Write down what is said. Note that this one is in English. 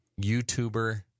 YouTuber